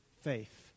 faith